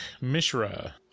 Mishra